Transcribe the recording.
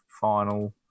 final